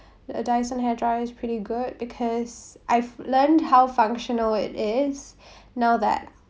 the dyson hair dryer is pretty good because I've learned how functional it is now that